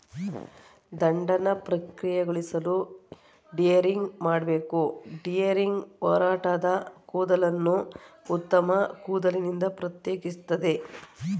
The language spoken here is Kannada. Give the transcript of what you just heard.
ದಂಡನ ಪ್ರಕ್ರಿಯೆಗೊಳಿಸಲು ಡಿಹೇರಿಂಗ್ ಮಾಡ್ಬೇಕು ಡಿಹೇರಿಂಗ್ ಒರಟಾದ ಕೂದಲನ್ನು ಉತ್ತಮ ಕೂದಲಿನಿಂದ ಪ್ರತ್ಯೇಕಿಸ್ತದೆ